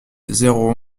zéro